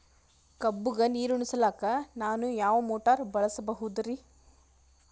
ಕಬ್ಬುಗ ನೀರುಣಿಸಲಕ ನಾನು ಯಾವ ಮೋಟಾರ್ ಬಳಸಬಹುದರಿ?